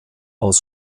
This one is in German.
aus